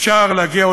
אפשר להביא,